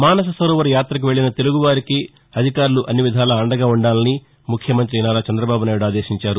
మానససరోవర్ యాతకు వెళ్ళిన తెలుగు వారికి అధికారులు అన్ని విధాలా అండగా వుండాలని ముఖ్యమంతి నారా చంద్రబాబు నాయుడు ఆదేశించారు